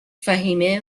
فهمیه